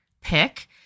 pick